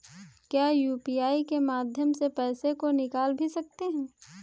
क्या यू.पी.आई के माध्यम से पैसे को निकाल भी सकते हैं?